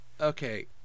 Okay